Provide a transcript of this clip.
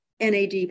NAD